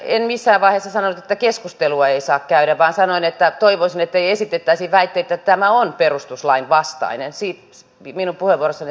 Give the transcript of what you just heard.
en missään vaiheessa sanonut että keskustelua ei saa käydä vaan sanoin että toivoisin ettei esitettäisi väitteitä että tämä on perustuslain vastainen